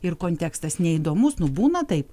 ir kontekstas neįdomus nu būna taip